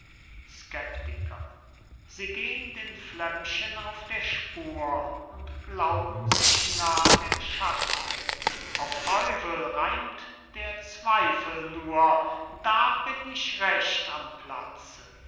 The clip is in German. skeptiker sie gehn den flämmchen auf der spur und glaub'n sich nah dem schatze auf teufel reimt der zweifel nur da bin ich recht am platze